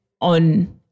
on